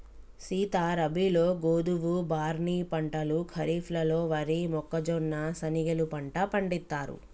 సీత రబీలో గోధువు, బార్నీ పంటలు ఖరిఫ్లలో వరి, మొక్కజొన్న, శనిగెలు పంట పండిత్తారు